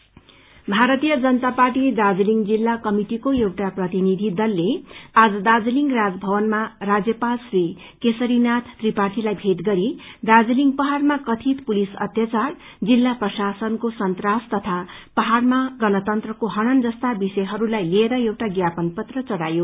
BJP Darjeeling Bharatiya Janata party Darjeeling जिल्ला कमिटिको एउटा प्रतिनिधि दलले आज दार्जीलिङ राजभवनमा राज्यपाल श्री केशरीनाथ त्रिपाठीलाई भेट गरी दार्जीलिङ पहाइमा कथित प्रलिस अतयाचार जिल्ला प्रशासनको संत्राश लिएर पहाइमा गणतन्त्रको हनन् जस्ता विषयहरूलाई लिएर एउटा ज्ञापन पत्र चढ़ायो